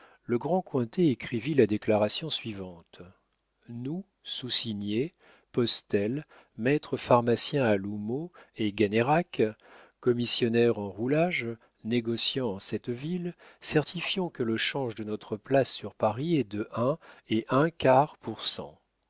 le grand cointet écrivit la déclaration suivante nous soussignés postel maître pharmacien à l'houmeau et gannerac commissionnaire en roulage négociants en cette ville certifions que le change de notre place sur paris est de un et un quart pour cent